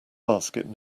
basket